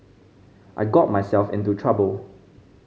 I got myself into trouble